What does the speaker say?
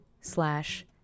slash